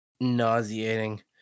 nauseating